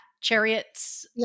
Chariots